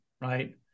right